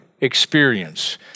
experience